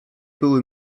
były